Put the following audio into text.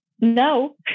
no